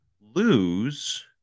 lose